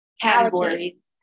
categories